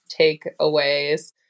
takeaways